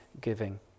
giving